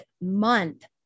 month